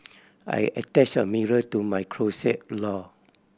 I attached a mirror to my closet door